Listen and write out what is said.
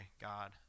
God